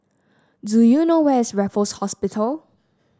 do you know where is Raffles Hospital